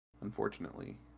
unfortunately